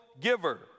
giver